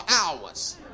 hours